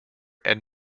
and